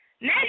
Now